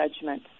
judgment